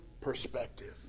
perspective